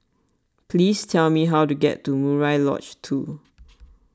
please tell me how to get to Murai Lodge two